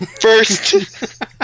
First